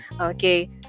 Okay